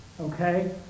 Okay